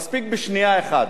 מספיק בשנייה אחת,